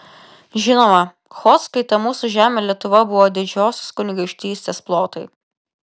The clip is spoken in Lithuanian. žinoma chodzkai ta mūsų žemė lietuva buvo didžiosios kunigaikštystės plotai